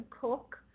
cook